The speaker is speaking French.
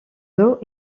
dos